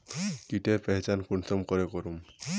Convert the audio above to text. कीटेर पहचान कुंसम करे करूम?